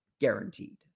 guaranteed